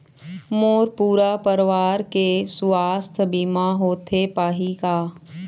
मोर पूरा परवार के सुवास्थ बीमा होथे पाही का?